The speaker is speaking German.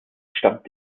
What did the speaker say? stammt